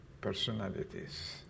personalities